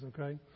okay